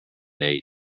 eight